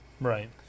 Right